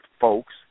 folks